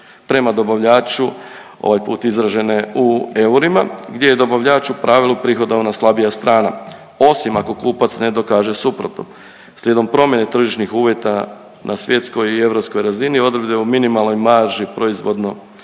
prema dobavljaču, ovaj put izražene u eurima gdje je dobavljaču u pravilu prihodovna slabija strana, osim ako kupac ne dokaže suprotno. Slijedom promjene tržišnih uvjeta na svjetskoj i europskoj razini .../Govornik se ne razumije./... proizvodno